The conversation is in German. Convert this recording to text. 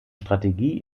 strategie